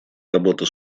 работа